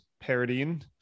Paradine